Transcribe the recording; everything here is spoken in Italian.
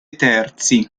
terzi